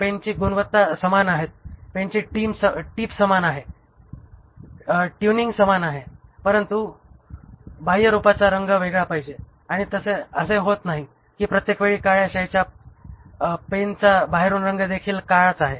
पेनचची गुणवत्ता समान आहेत पेनची टीप समान आहे ट्यूनिंग समान आहे परंतु बाह्य रूपाचा रंग वेगळा पाहिजे आणि असे होत नाही कि प्रत्येकवेळी काळ्या शाईच्या पेनचा बाहेरून रंग देखील कालच आहे